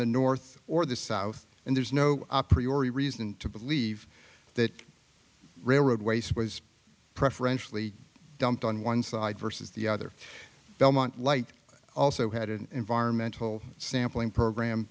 the north or the south and there's no operatory reason to believe that railroad waste was preferentially dumped on one side versus the other belmont light also had an environmental sampling program